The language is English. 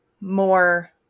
more